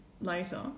later